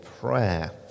prayer